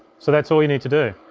so that's all you need to do.